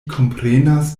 komprenas